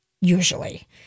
usually